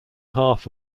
half